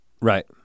Right